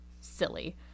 silly